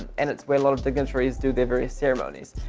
and it's where a lot of dignitaries do their various ceremonies.